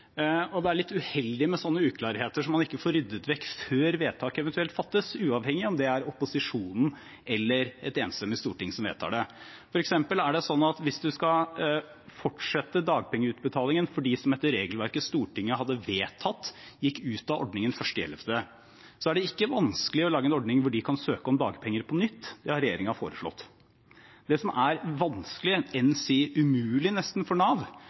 Det er litt uheldig med uklarheter man ikke får ryddet vekk før vedtak eventuelt fattes, uavhengig av om det er opposisjonen eller et enstemmig storting som vedtar det. For eksempel er det sånn at hvis man skal fortsette dagpengeutbetalingen for dem som, etter regelverket Stortinget har vedtatt, gikk ut av ordningen 1. november, er det ikke vanskelig å lage en ordning der de kan søke om dagpenger på nytt. Det har regjeringen foreslått. Det som er vanskelig, enn si nesten umulig for Nav,